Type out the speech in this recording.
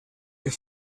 here